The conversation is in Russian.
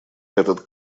этот